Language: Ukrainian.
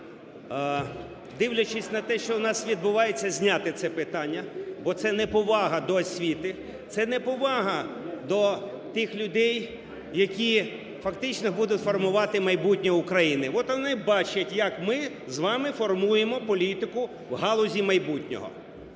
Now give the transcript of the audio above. Дивлячись на те, що у нас відбувається, зняти це питання, бо це неповага до освіти, це неповага до тих людей, які фактично будуть формувати майбутнє України. От вони бачать, як ми з вами формуємо політику в галузі майбутнього.